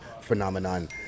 phenomenon